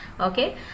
Okay